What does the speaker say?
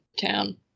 town